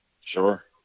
Sure